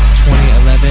2011